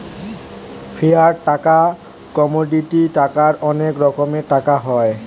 fiat টাকা, commodity টাকার অনেক রকমের টাকা হয়